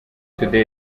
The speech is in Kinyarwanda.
today